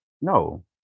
No